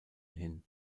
hin